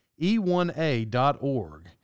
e1a.org